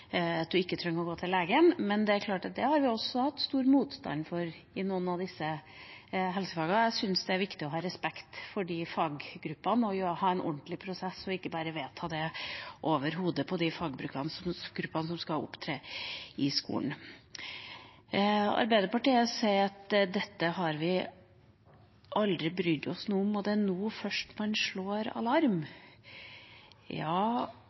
at en er syk, og at en ikke trenger å gå til lege, men dette har det også vært stor motstand mot i noen av disse helsefaggruppene. Jeg syns det er viktig å ha respekt for disse faggruppene og ha en ordentlig prosess og ikke bare vedta det over hodet på de faggruppene som skal jobbe i skolen. Arbeiderpartiet sier at dette har vi aldri brydd oss noe om, og at det er først nå en slår alarm. Ja,